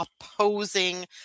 opposing